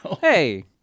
Hey